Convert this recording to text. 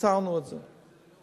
קיצרנו את זה.